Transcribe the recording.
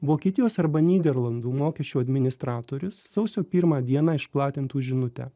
vokietijos arba nyderlandų mokesčių administratorius sausio pirmą dieną išplatintų žinutę